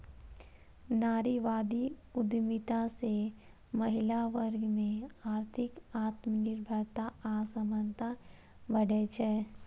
नारीवादी उद्यमिता सं महिला वर्ग मे आर्थिक आत्मनिर्भरता आ समानता बढ़ै छै